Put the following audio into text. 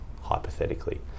hypothetically